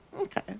Okay